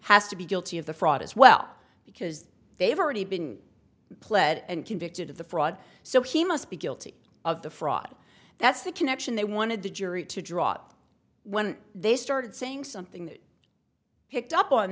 has to be guilty of the fraud as well because they've already been pled and convicted of the fraud so he must be guilty of the fraud that's the connection they wanted the jury to drop when they started saying something that picked